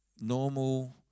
normal